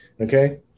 okay